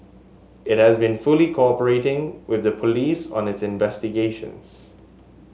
it has been fully cooperating with the police on its investigations